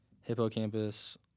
hippocampus